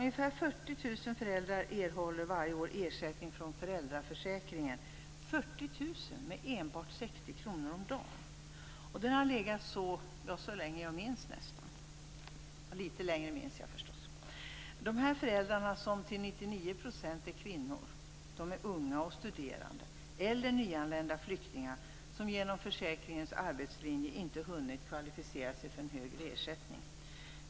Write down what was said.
Ungefär 40 000 föräldrar erhåller varje år ersättning från föräldraförsäkringen. Det är 40 000 personer med enbart 60 kr om dagen. Det har legat på den nivån så länge jag kan minnas. Nåja, litet längre minns jag förstås. De här föräldrarna, som till 99 % är kvinnor, är unga och studerande. Eller också är de nyanlända flyktingar som genom försäkringens arbetslinje inte har hunnit kvalificera sig för en högre ersättning.